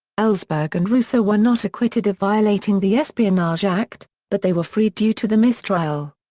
ellsberg and russo were not acquitted of violating the espionage act, but they were freed due to the mistrial.